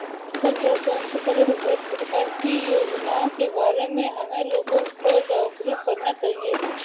फसल प्रसंस्करण हेतु सरकार की योजनाओं के बारे में हमें लोगों को जागरूक करना चाहिए